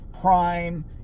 Prime